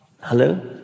Hello